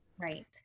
Right